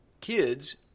kids